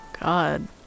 God